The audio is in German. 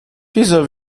dieser